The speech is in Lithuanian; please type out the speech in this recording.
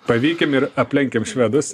pavykim ir aplenkim švedus